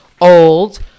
old